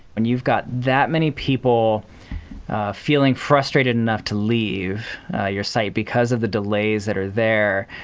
when you've got that many people feeling frustrated enough to leave your site because of the delays that are there,